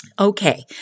Okay